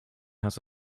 has